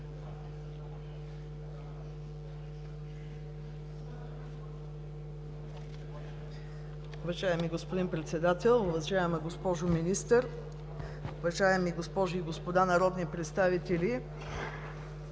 Уважаеми господин Председател, уважаема госпожо Министър, уважаеми госпожи и господа народни представители!